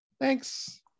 Thanks